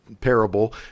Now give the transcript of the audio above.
parable